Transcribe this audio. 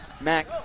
Mac